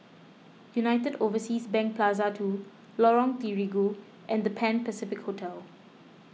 United Overseas Bank Plaza two Lorong Terigu and the Pan Pacific Hotel